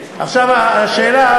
ודנה גם בנושא הזה,